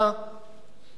זוהי ארץ-ישראל".